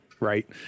right